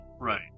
Right